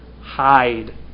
hide